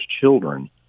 children